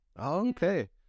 okay